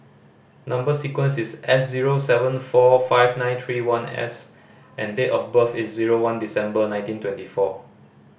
number sequence is S zero seven four five nine three one S and date of birth is zero one December nineteen twenty four